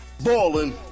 Ballin